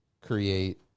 create